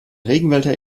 regenwälder